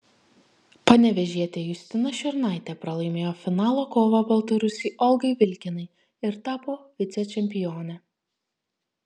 panevėžietė justina šiurnaitė pralaimėjo finalo kovą baltarusei olgai vilkinai ir tapo vicečempione